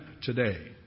today